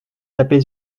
taper